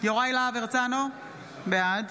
יוראי להב הרצנו, בעד